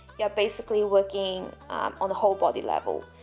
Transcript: you're basically working on the whole body level